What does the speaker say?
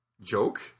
joke